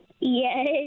Yes